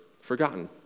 forgotten